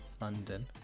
London